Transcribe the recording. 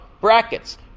brackets